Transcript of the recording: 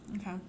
Okay